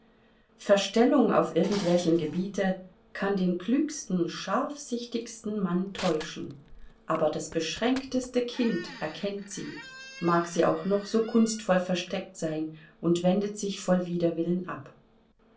verstellung auf irgendwelchem gebiete kann den klügsten scharfsichtigsten mann täuschen aber das beschränkteste kind erkennt sie mag sie auch noch so kunstvoll versteckt sein und wendet sich voll widerwillen ab